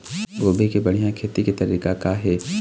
गोभी के बढ़िया खेती के तरीका का हे?